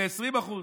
ל-20%.